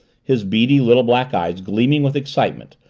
his beady little black eyes gleaming with excitement,